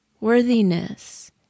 worthiness